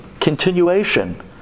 continuation